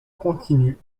continue